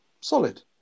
solid